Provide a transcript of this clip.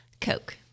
Coke